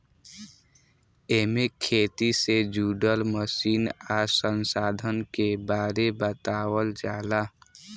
एमे खेती से जुड़ल मशीन आ संसाधन के बारे बतावल जाला